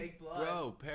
Bro